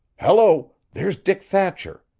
hello! here's dick thatcher.